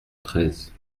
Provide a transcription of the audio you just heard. treize